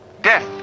death